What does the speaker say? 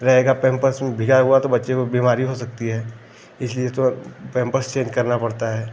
रहेगा पैम्पर्स में भीगा हुआ तो बच्चे को बीमारी हो सकती है इसलिए तुरन्त पैम्पर्स चेन्ज करना पड़ता है